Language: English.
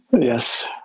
Yes